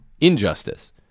injustice